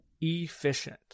efficient